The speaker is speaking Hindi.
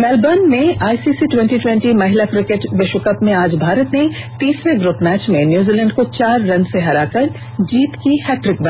मेलबर्न में I C C twenty twenty महिला क्रिकेट विश्वकप में आज भारत ने तीसरे ग्रप मैच में न्यूजीलैंड को चार रन से हराकर जीत की हैट्रिक